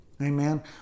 Amen